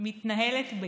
מתנהלת בכאוס.